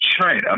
China